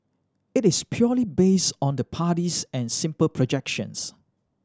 it is purely based on the parties and simple projections